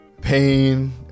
pain